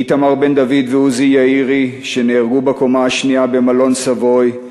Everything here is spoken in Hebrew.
איתמר בן-דוד ועוזי יאירי שנהרגו בקומה השנייה במלון "סבוי"